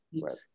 right